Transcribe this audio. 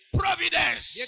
providence